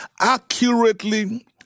accurately